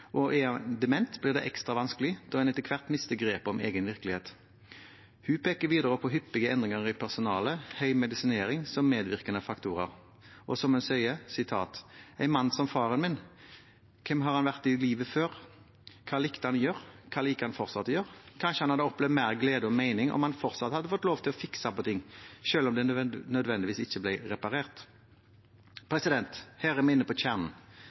og er man dement, blir det ekstra vanskelig, da man etter hvert mister grepet om egen virkelighet. Hun peker videre på hyppige endringer i personalet og høy medisinering som medvirkende faktorer. Og som hun sier: «En mann som faren min, hvem har han vært før i livet? Hva likte han å gjøre? Hva liker han fortsatt å gjøre?» «Kanskje hadde han opplevd mer glede og mening om han fortsatt hadde fått lov til å «fikse» på ting, selv om det nødvendigvis ikke alltid ble reparert!» Her er vi inne på kjernen.